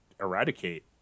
eradicate